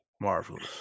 Marvelous